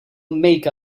make